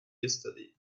yesterday